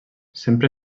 sempre